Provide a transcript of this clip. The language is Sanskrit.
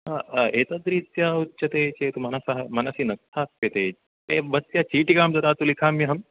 एतद्रीत्या उच्यते चेत् मनसः मनसि न स्थास्यते ए वत्स चीटिकां ददातु लिखाम्यहं